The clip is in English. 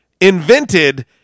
invented